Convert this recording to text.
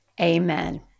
Amen